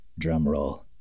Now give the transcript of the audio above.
drumroll